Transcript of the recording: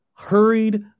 Hurried